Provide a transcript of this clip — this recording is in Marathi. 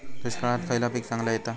दुष्काळात खयला पीक चांगला येता?